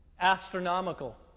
astronomical